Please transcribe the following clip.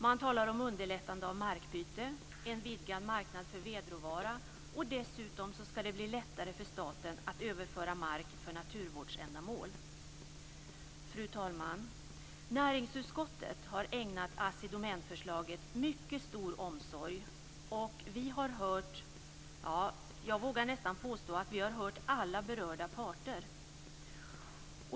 Man talar om underlättande av markbyte och en vidgad marknad för vedråvara. Dessutom skall det bli lättare för staten att överföra mark för naturvårdsändamål. Fru talman! Näringsutskottet har ägnat Assi Domänförslaget mycket stor omsorg, och jag vågar nästan påstå att vi har hört alla berörda parter.